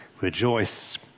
rejoice